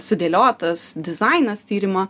sudėliotas dizainas tyrimo